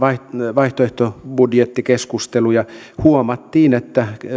vaihtoehtobudjettikeskusteluja huomattiin että